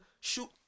shoot